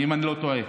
אם אני לא טועה.